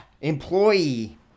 Employee